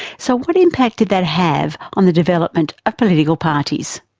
so what impact did that have on the development of political parties?